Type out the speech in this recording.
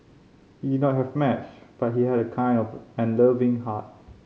he did not have much but he had a kind of and loving heart